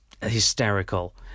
hysterical